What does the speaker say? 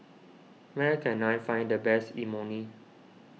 where can I find the best Imoni